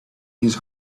his